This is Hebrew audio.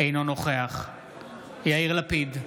אינו נוכח יאיר לפיד,